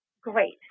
Great